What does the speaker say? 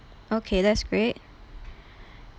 okay that's great